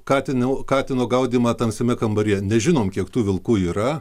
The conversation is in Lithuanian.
katino katino gaudymą tamsiame kambaryje nežinom kiek tų vilkų yra